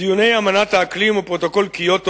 דיוני אמנת האקלים ופרוטוקול קיוטו,